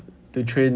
to train